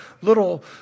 little